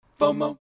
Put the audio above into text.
FOMO